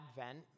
advent